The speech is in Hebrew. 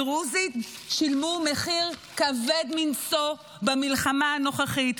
הדרוזים שילמו מחיר כבד מנשוא במלחמה הנוכחית,